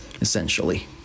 essentially